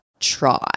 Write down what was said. try